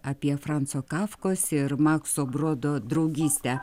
apie franco kafkos ir makso brodo draugystę